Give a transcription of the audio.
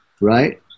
Right